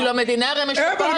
המדינה גם משפה על זה.